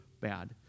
bad